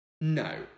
No